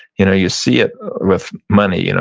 you know you see it with money. you know